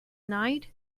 night